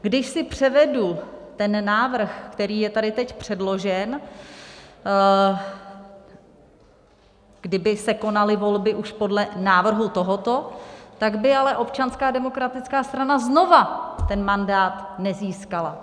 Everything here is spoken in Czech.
Když si převedu ten návrh, který je tady teď předložen, kdyby se konaly volby už podle návrhu tohoto, tak by ale Občanská demokratická strana znovu ten mandát nezískala.